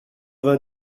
vingt